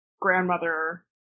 grandmother